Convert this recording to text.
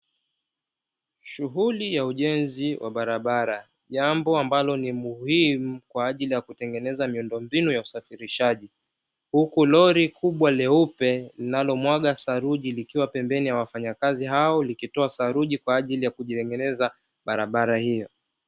Shughuli ya ujenzi wa barabara jambo ambalo ni muhimu kwa ajili ya kutengeneza miundombinu ya usafirishaji, huku roli kubwa leupe linalomwaga saruji likiwa pembeni ya wafanyakazi hao, likitoa saruji kwa ajili ya kutengeneza barabara hiyo.